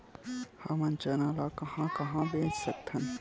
हमन चना ल कहां कहा बेच सकथन?